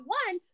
one